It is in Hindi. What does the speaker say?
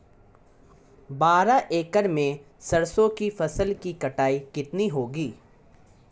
बारह एकड़ में सरसों की फसल की कटाई कितनी होगी?